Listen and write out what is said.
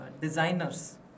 designers